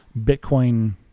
Bitcoin